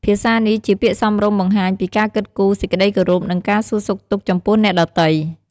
ភាសានេះ ជាពាក្យសមរម្យ បង្ហាញ ពីការគិតគូរ សេចក្ដីគោរព និងការសួរសុខទុក្ខ ចំពោះអ្នកដទៃ។